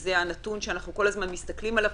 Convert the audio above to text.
שזה הנתון שאנחנו כל הזמן מסתכלים עליו,